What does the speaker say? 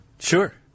Sure